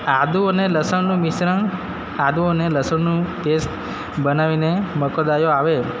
આદુ અને લસણનું મિશ્રણ આદું અને લસણનું પેસ્ટ બનાવીને મંકોડાઓ આવે